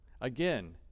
Again